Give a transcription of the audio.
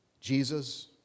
Jesus